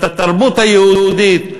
בתרבות היהודית,